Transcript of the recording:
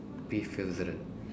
be vigilant